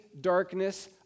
darkness